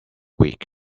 week